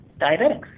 diabetics